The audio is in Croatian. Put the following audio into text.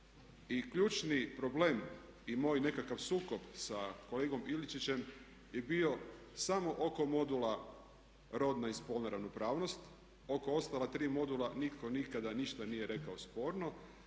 ključni problem i moj nekakav sukob sa kolegom Ilčićem je bio samo oko modula Rodna i spolna ravnopravnost. Oko ostala tri modula nitko nikada ništa nije rekao sporno,